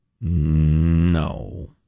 No